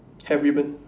have ribbon